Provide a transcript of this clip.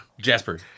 Jasper